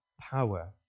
power